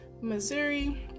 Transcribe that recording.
Missouri